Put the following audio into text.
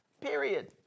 period